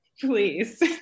Please